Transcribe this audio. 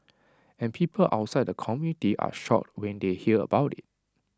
and people outside the community are shocked when they hear about IT